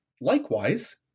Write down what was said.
likewise